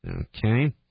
Okay